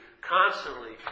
Constantly